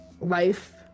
life